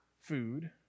food